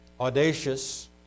audacious